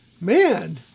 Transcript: Man